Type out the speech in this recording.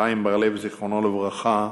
חיים בר-לב, זיכרונו לברכה,